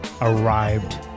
arrived